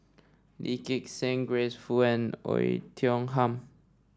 Lee Gek Seng Grace Fu and Oei Tiong Ham